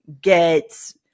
get